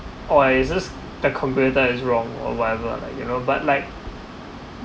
or ah it just the computer is wrong or whatever like you know but like